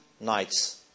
nights